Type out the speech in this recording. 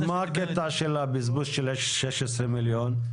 אז מה הקטע של בזבוז של 16 מיליון?